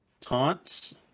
taunts